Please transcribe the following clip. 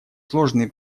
сложные